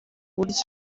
buryo